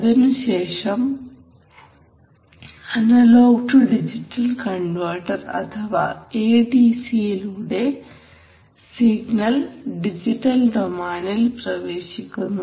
അതിനുശേഷം analogue to digital converter അഥവാ A D C യിലൂടെ സിഗ്നൽ ഡിജിറ്റൽ ഡൊമൈനിൽ പ്രവേശിക്കുന്നു